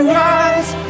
rise